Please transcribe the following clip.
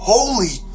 Holy